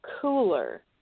cooler